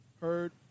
heard